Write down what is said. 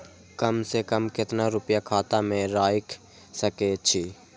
कम से कम केतना रूपया खाता में राइख सके छी?